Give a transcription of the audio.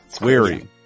weary